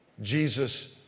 Jesus